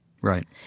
Right